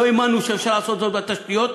לא האמנו שאפשר לעשות זאת בתשתיות,